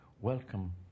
welcome